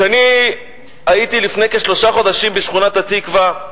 כשאני הייתי לפני כשלושה חודשים בשכונת התקווה,